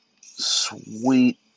sweet